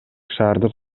шаардык